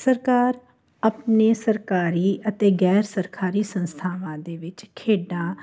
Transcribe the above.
ਸਰਕਾਰ ਆਪਣੇ ਸਰਕਾਰੀ ਅਤੇ ਗੈਰ ਸਰਕਾਰੀ ਸੰਸਥਾਵਾਂ ਦੇ ਵਿੱਚ ਖੇਡਾਂ